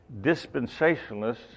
dispensationalists